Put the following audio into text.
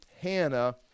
hannah